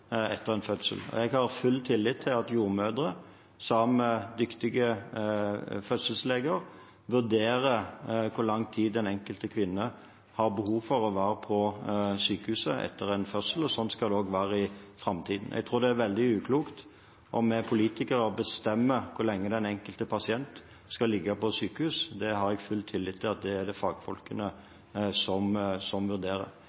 etter en fødsel. Jeg har full tillit til at jordmødrene, sammen med dyktige fødselsleger, vurderer hvor lang tid den enkelte kvinne har behov for å være på sykehuset etter en fødsel, og slik skal det også være i framtiden. Jeg tror det er veldig uklokt om vi politikere bestemmer hvor lenge den enkelte pasient skal ligge på sykehus. Det har jeg full tillit til at fagfolkene kan vurdere. Det